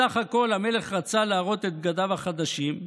בסך הכול המלך רצה להראות את בגדיו החדשים.